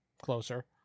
closer